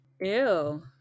ew